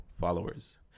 followers